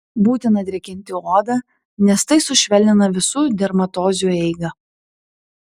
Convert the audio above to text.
būtina drėkinti odą nes tai sušvelnina visų dermatozių eigą